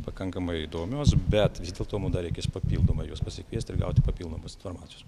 pakankamai įdomios bet vis dėlto dar reikės papildomai juos pasikviest ir gauti papildomos informacijos